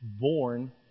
born